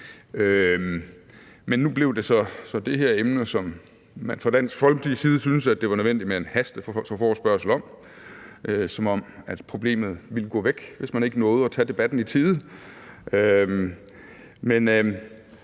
Men nu blev det så det her emne, som man fra Dansk Folkepartis side syntes var nødvendigt med en hasteforespørgsel om; som om problemet ville gå væk, hvis man ikke nåede at tage debatten i tide.